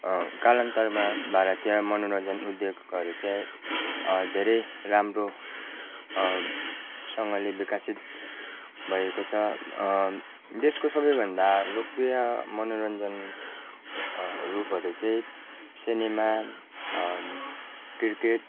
कालान्तरमा भारतीय मनोरञ्जन उद्योगहरू चाहिँ धेरै राम्रो सँगले विकसित भएको छ देशको सबैभन्दा लोकप्रिय मनोरञ्जन रूपहरू चाहिँ सिनेमा क्रिकेट